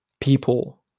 people